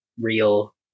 real